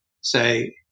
say